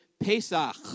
Pesach